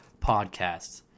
PODCASTS